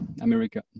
America